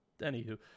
anywho